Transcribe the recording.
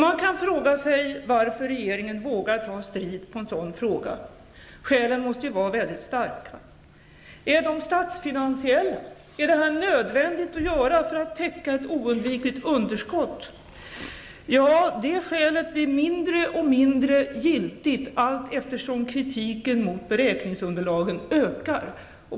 Man kan fråga sig varför regeringen vågar ta strid om en sådan fråga -- skälen måste vara mycket starka. Är skälen statsfinansiella? Är det här nödvändigt att göra för täcka ett oundvikligt underskott? Ja, det skälet blir mindre och mindre giltigt allteftersom kritiken mot beräkningsunderlaget ökar.